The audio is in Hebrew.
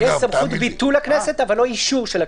יש סמכות ביטול לכנסת, אבל לא אישור של הכנסת.